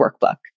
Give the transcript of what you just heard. workbook